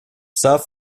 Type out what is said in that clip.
served